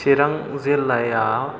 चिरां जिल्लायाव